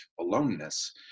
aloneness